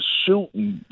shooting